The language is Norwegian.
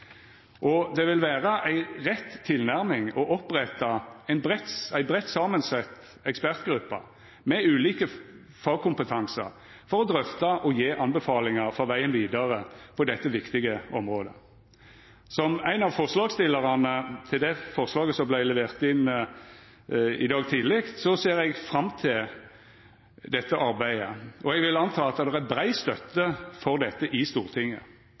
og det vil vera ei rett tilnærming å oppretta ei breitt samansett ekspertgruppe med ulike fagkompetansar for å drøfta og gje anbefalingar for vegen vidare på dette viktige området. Som ein av forslagsstillarane bak forslaget som vart levert inn i dag tidleg, ser eg fram til dette arbeidet, og eg vil anta at det er brei støtte for dette i Stortinget.